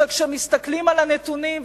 שכשמסתכלים על הנתונים,